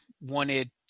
wanted